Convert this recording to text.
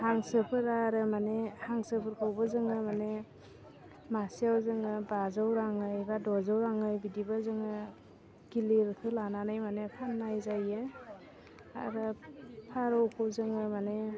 हांसोफोरा आरो माने हांसोफोरखौबो जोङो माने मासेयाव जोङो बाजौ राङै एबा द'जौ राङै बिदिबो जोङो गिलिरखौ लानानै माने फन्नाय जायो आरो फारौखौ जोङो माने